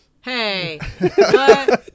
Hey